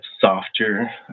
softer